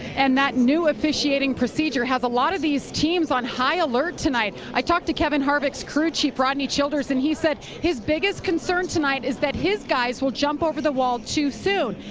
and that new officiating procedure has a lot of these teams on high alert tonight. i talked to kevin harvick's crew chief rodney childers. and he said his biggest concern tonight is that his guys will jump over the walls too soon.